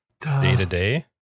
day-to-day